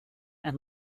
and